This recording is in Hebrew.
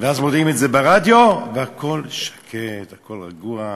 ואז מודיעים את זה ברדיו והכול שקט, הכול רגוע,